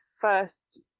first